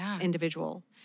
individual